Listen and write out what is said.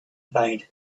made